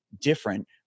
different